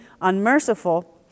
unmerciful